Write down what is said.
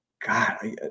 God